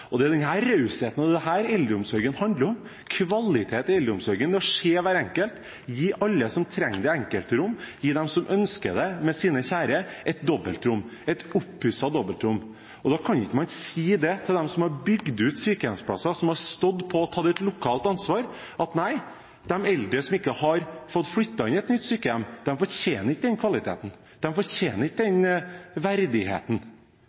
Det er denne rausheten eldreomsorgen handler om. Kvalitet i eldreomsorgen er å se hver enkelt, gi alle som trenger det, enkeltrom, gi dem som ønsker det med sine kjære, et dobbeltrom – et oppusset dobbeltrom. Da kan man ikke si til dem som har bygd ut sykehjemsplasser, som har stått på og tatt et lokalt ansvar, at nei, de eldre som ikke har fått flytte inn i et nytt sykehjem, fortjener ikke den kvaliteten, de fortjener ikke den verdigheten.